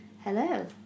hello